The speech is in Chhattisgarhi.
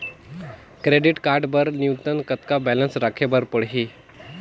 क्रेडिट कारड बर न्यूनतम कतका बैलेंस राखे बर पड़ही?